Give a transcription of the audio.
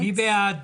מי בעד?